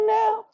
now